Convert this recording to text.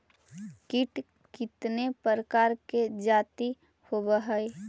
कीट कीतने प्रकार के जाती होबहय?